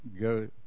go